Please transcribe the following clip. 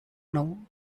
now